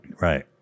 Right